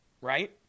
right